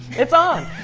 it's on!